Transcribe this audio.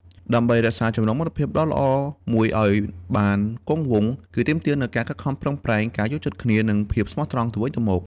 ដើម្បីរក្សាចំណងមិត្តភាពដ៏ល្អមួយឱ្យបានគង់វង្ស គឺទាមទារនូវការខិតខំប្រឹងប្រែង ការយល់ចិត្តគ្នា និងភាពស្មោះត្រង់ទៅវិញទៅមក។